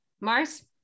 Mars